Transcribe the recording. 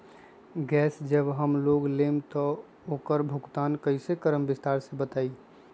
Gas जब हम लोग लेम त उकर भुगतान कइसे करम विस्तार मे बताई?